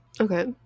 Okay